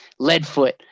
Leadfoot